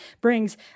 brings